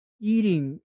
eating